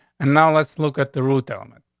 and now let's look at the root element.